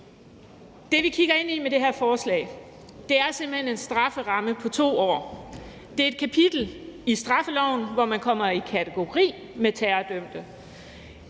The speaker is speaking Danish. det, som vi med det her forslag kigger ind i, er simpelt hen en strafferamme på 2 år. Det er et kapitel i straffeloven, hvor man kommer i kategori med terrordømte.